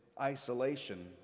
isolation